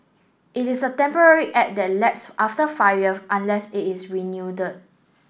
it is a temporary act that lapse after five year unless it is renew